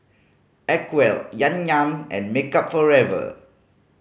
Acwell Yan Yan and Makeup Forever